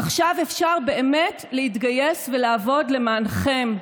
עכשיו אפשר באמת להתגייס ולעבוד למענכם,